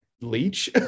Leach